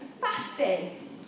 fasting